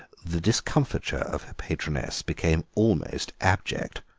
the discomfiture of her patroness became almost abject.